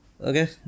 Okay